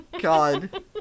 God